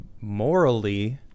morally